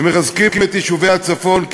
ומחזקים את יישובי הצפון,